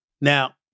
Now